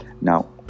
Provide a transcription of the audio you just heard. Now